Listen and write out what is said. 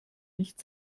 nicht